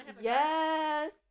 yes